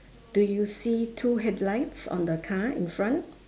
do you see two headlights on the car in front